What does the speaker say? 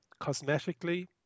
cosmetically